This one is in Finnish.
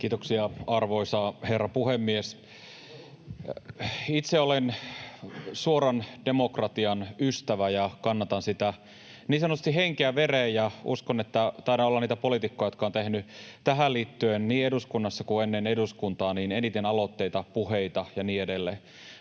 Kiitoksia, arvoisa herra puhemies! Itse olen suoran demokratian ystävä ja kannatan sitä niin sanotusti henkeen ja vereen, ja uskon, että taidan olla niitä poliitikkoja, jotka ovat tehneet tähän liittyen niin eduskunnassa kuin ennen eduskuntaa eniten aloitteita, puheita ja niin edelleen.